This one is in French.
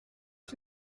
pas